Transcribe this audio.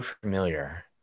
familiar